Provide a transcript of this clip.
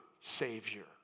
savior